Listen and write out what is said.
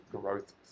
growth